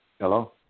Hello